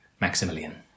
Maximilian